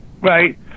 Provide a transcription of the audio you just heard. right